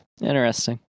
Interesting